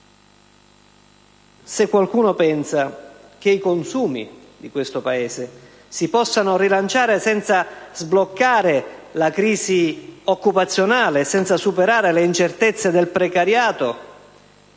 Se qualcuno pensa che i consumi di questo Paese si possano rilanciare senza sbloccare la crisi occupazionale e senza superare le incertezze del precariato,